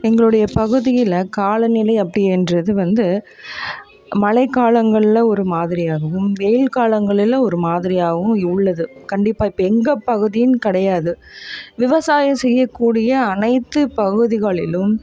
எங்களுடைய பகுதியில் காலநிலை அப்படி என்பது வந்து மழைக்காலங்களில் ஒரு மாதிரியாகவும் வெயில் காலங்களில் ஒரு மாதிரியாகவும் உள்ளது கண்டிப்பாக இப்போ எங்கள் பகுதின்னு கிடையாது விவசாயம் செய்யக் கூடிய அனைத்து பகுதிகளிலும்